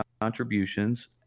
contributions